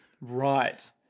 Right